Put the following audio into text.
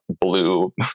blue